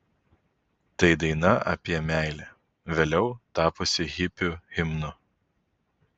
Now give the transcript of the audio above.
tai daina apie meilę vėliau tapusi hipių himnu